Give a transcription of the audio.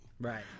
Right